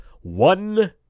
one